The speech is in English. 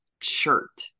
shirt